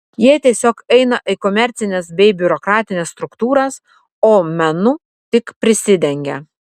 jie tiesiog eina į komercines bei biurokratines struktūras o menu tik prisidengia